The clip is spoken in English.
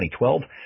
2012